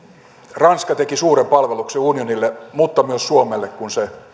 ranska teki suuren palveluksen unionille mutta myös suomelle kun se